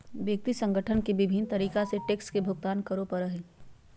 व्यक्ति संगठन के विभिन्न तरीका से टैक्स के भुगतान करे पड़ो हइ